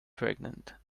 pregnant